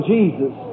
Jesus